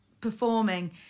performing